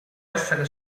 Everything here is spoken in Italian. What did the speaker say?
essere